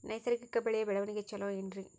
ನೈಸರ್ಗಿಕ ಬೆಳೆಯ ಬೆಳವಣಿಗೆ ಚೊಲೊ ಏನ್ರಿ?